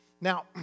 Now